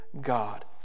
God